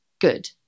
good